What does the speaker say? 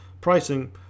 pricing